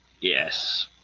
Yes